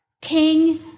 king